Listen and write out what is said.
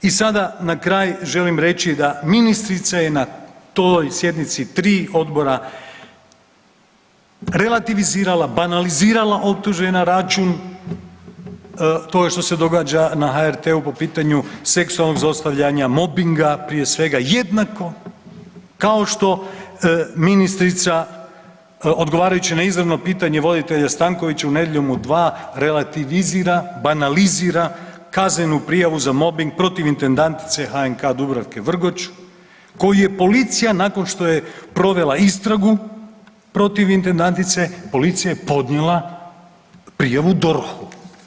I sada na kraju želim reći da ministrica je na toj sjednici tri odbora relativizirala, banalizirala optužbe na račun toga što se događa na HRT-u po pitanju seksualnog zlostavljanja, mobinga prije sve jednako kao što ministrica odgovarajući na izravno pitanje voditelja Stankoviću u Nedjeljom u 2 relativizira, banalizira kaznenu prijavu za mobing protiv intendantice HNK-a Dubravke Vrgoč, koju je policija nakon što je provela istragu protiv intendantice policija je podnijela prijavu DORH-u.